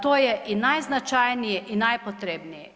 To je i najznačajnije i najpotrebnije.